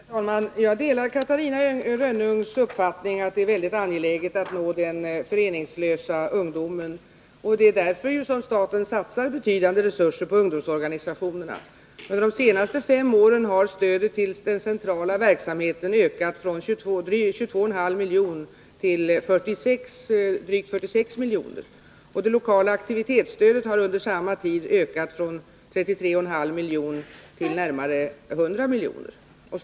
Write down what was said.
Herr talman! Jag delar Catarina Rönnungs uppfattning att det är mycket angeläget att nå den föreningslösa ungdomen. Det är också därför som staten satsar betydande resurser på ungdomsorganisationerna. Under de senaste fem åren har stödet till den centrala verksamheten ökat från 22,5 milj.kr. till drygt 46 milj.kr. Det lokala aktivitetsstödet har under samma tid ökat från 33,5 milj.kr. till närmare 100 milj.kr.